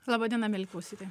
laba diena mieli klausytojai